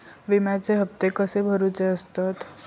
विम्याचे हप्ते कसे भरुचे असतत?